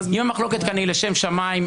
אם המחלוקת כאן לשם שמיים,